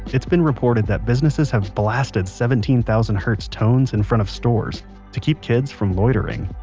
it's been reported that businesses have blasted seventeen thousand hertz tones in front of stores to keep kids from loitering.